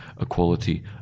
equality